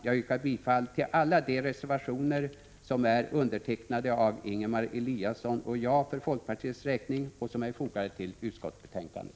Jag yrkar bifall till alla de reservationer som är undertecknade av Ingemar Eliasson och mig för folkpartiets räkning och som är fogade till utskottsbetänkandet.